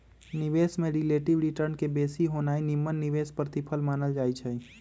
निवेश में relative return के बेशी होनाइ निम्मन निवेश प्रतिफल मानल जाइ छइ